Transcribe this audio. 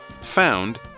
Found